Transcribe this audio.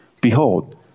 Behold